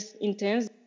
intense